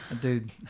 Dude